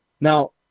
Now